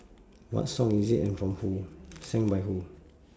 what song is it and from who sang by who